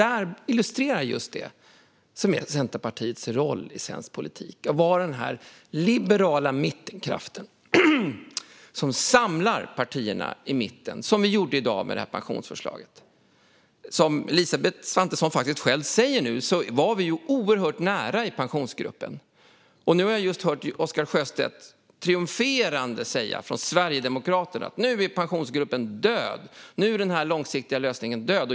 Det illustrerar just det som är Centerpartiets roll i svensk politik, att vara den liberala mittkraften som samlar partierna i mitten, som vi gör i dag med det här pensionsförslaget. Som Elisabeth Svantesson faktiskt själv säger nu var vi ju oerhört nära att komma överens i Pensionsgruppen. Nu har jag just hört Oscar Sjöstedt från Sverigedemokraterna triumferande säga: Nu är Pensionsgruppen död. Nu är den långsiktiga lösningen död.